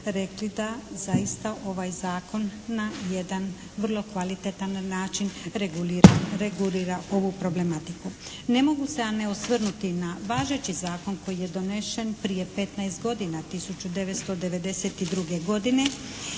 rekli da zaista ovaj zakon na jedan vrlo kvalitetan način regulira ovu problematiku. Ne mogu se a ne osvrnuti na važeći zakon koji je donesen prije 15 godina, 1992. godine